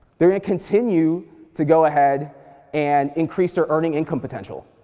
they're gonna continue to go ahead and increase their earning income potential.